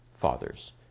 fathers